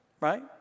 right